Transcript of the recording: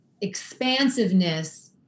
expansiveness